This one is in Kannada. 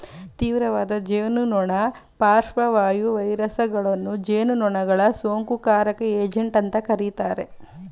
ತೀವ್ರವಾದ ಜೇನುನೊಣ ಪಾರ್ಶ್ವವಾಯು ವೈರಸಗಳನ್ನು ಜೇನುನೊಣಗಳ ಸೋಂಕುಕಾರಕ ಏಜೆಂಟ್ ಅಂತ ಕರೀತಾರೆ